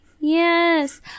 Yes